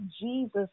Jesus